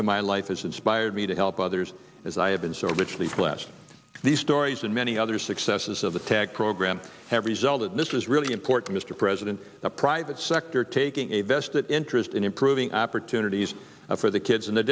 to my life has inspired me to help others as i have been so richly blessed these stories and many other successes of the tech program have resulted in this really important mr president a private sector taking a vested interest in improving opportunities for the kids in the